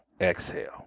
exhale